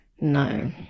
No